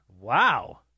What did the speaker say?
Wow